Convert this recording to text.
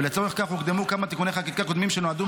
ולצורך כך הוקדמו כמה תיקוני חקיקה קודמים שנועדו